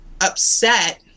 upset